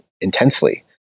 intensely